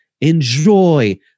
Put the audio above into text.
enjoy